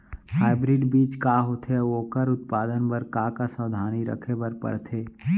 Hybrid बीज का होथे अऊ ओखर उत्पादन बर का का सावधानी रखे बर परथे?